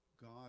God